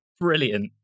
brilliant